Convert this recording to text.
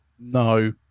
No